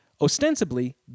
Ostensibly